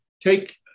Take